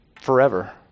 forever